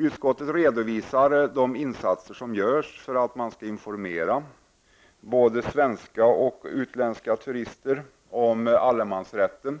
Utskottet redovisar de insatser som görs för att informera både svenska och utländska turister om allemansrätten,